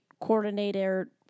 coordinator